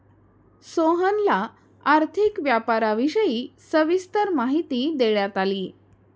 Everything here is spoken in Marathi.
सोहनला आर्थिक व्यापाराविषयी सविस्तर माहिती देण्यात आली